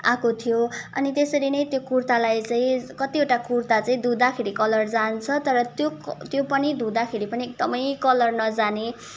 आएको थियो अनि त्यसरी नै त्यो कुर्तालाई चाहिँ कतिवटा कुर्ता चाहिँ धुँदाखेरी कलर जान्छ तर त्यो पनि धुँदाखेरी पनि एकदमै कलर नजाने